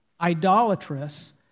idolatrous